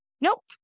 Nope